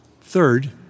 Third